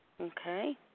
Okay